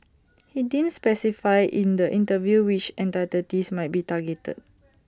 he didn't specify in the interview which might be targeted